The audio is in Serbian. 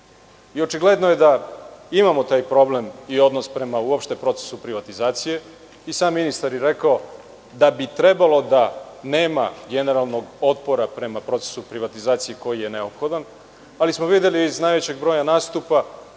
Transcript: Očigledno je da imamo taj problem i odnos prema uopšte procesu privatizacije. I sam ministar je rekao da bi trebalo da nema generalnog otpora prema procesu privatizacije koji je neophodan, ali smo videli iz najvećeg broja nastupa,